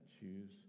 choose